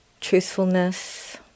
truthfulness